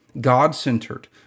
God-centered